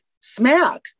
smack